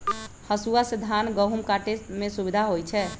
हसुआ से धान गहुम काटे में सुविधा होई छै